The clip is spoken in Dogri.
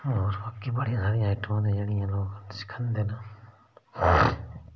होर बाकी बड़िया सारियां आइटमां न जेह्ड़ियां लोक उसी खंदे न